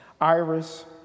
Iris